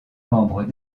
membres